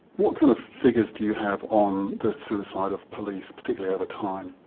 what kind of figures do you have on the suicide of police, particularly over time?